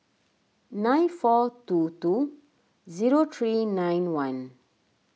nine four two two zero three nine one